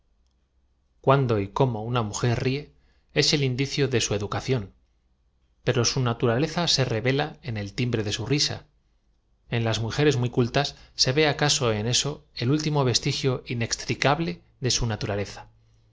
cuándo y cómo una mujer ríe es el indicio de su educación pero su naturaleza se revela en el timbre de bu risa en las mujeres muy cultas se v e acaso en eao el último vestigio inextricable de su naturaleza